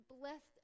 blessed